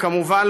כמובן,